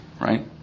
Right